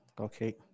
Okay